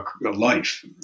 life